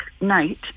night